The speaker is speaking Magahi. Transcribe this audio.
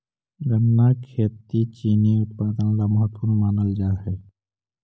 गन्ना की खेती चीनी उत्पादन ला महत्वपूर्ण मानल जा हई